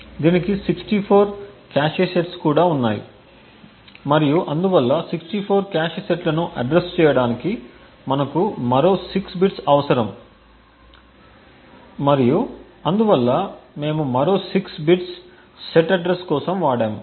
దీనికి 64 cache sets కూడా ఉన్నాయి మరియు అందువల్ల 64 కాష్ సెట్లను అడ్రస్ చేయడానికి మనకు మరో 6 బిట్స్ అవసరం మరియు అందువల్ల మేము మరో 6 బిట్స్ సెట్ అడ్రస్ కోసం వాడాము